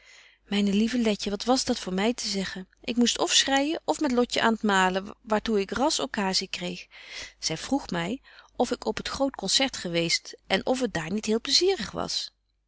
myne lieve letje wat was dat voor my te zeggen ik moest of schreijen of met lotje aan t malen waartoe ik rasch occasie kreeg zy vroeg my of ik op t groot concert geweest en of het daar niet heel plaisierig was